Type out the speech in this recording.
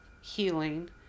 healing